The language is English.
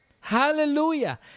Hallelujah